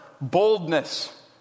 boldness